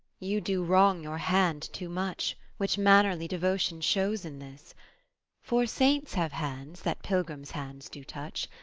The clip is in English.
you do wrong your hand too much, which mannerly devotion shows in this for saints have hands that pilgrims' hands do touch,